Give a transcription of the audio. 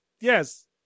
Yes